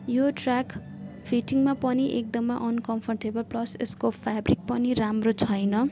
यो ट्र्याक फिटिङमा पनि एकदम अनकम्फर्टेबल प्लस यसको फ्याब्रिक पनि राम्रो छैन